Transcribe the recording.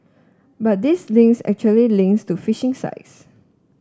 but these links actually links to phishing sites